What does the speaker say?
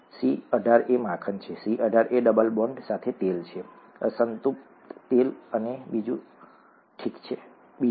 C18 એ માખણ છે C18 એ ડબલ બોન્ડ સાથે તેલ છે અસંતૃપ્ત તેલ છે અને બીજું ઠીક છે